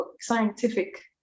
scientific